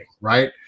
right